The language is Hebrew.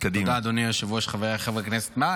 אדוני היושב-ראש, חבריי חברי הכנסת, מה?